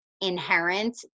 inherent